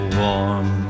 warm